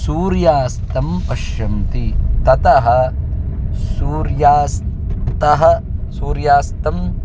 सूर्यास्तं पश्यन्ति ततः सूर्यास्तः सूर्यास्तमनं